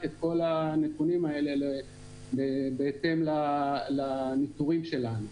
את כל הנתונים האלה בהתאם לניטורים שלנו.